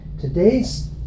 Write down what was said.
Today's